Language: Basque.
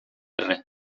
erre